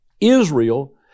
Israel